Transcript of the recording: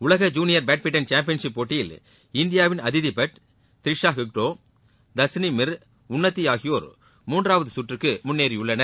உலக junior badminton championship போட்டியில் இந்தியாவின் அதிதி பட் த்ரிஷா ஹெக்டோ தஸ்னிம் மிர் உன்னதி ஆகியோர் மூன்றாவது சுற்றுக்கு முன்னேறியுள்ளார்